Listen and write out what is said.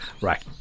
right